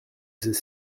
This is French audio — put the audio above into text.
ces